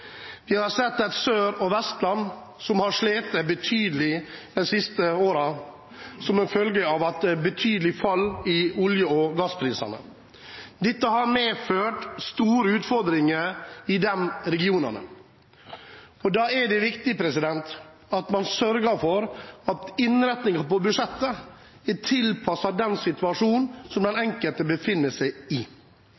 Vi har sett at Sør- og Vestlandet har slitt betydelig de siste årene som en følge av et vesentlig fall i olje- og gassprisene. Dette har medført store utfordringer i de regionene. Da er det viktig at man sørger for at innretningen på budsjettet er tilpasset den situasjonen som den